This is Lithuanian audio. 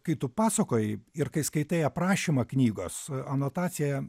kai tu pasakoji ir kai skaitai aprašymą knygos anotacijoje